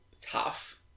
tough